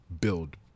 build